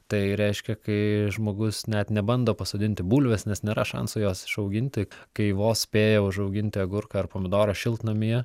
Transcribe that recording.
tai reiškia kai žmogus net nebando pasodinti bulvės nes nėra šansų jos išauginti kai vos spėja užauginti agurką ar pomidorą šiltnamyje